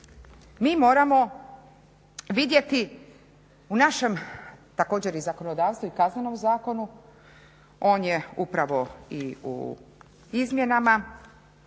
mi moramo vidjeti u našem također i zakonodavstvu i Kaznenom zakonu on je upravo i u izmjenama,